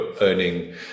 earning